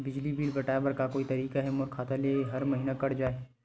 बिजली बिल पटाय बर का कोई तरीका हे मोर खाता ले हर महीना कट जाय?